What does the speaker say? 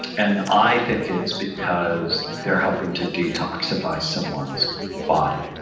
and i think it's because they're helping to detoxify someone's body.